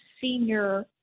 senior